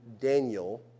Daniel